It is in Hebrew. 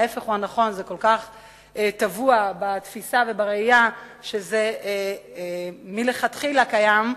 ההיפך הוא הנכון: זה כל כך טבוע בתפיסה ובראייה שזה מלכתחילה קיים,